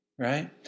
Right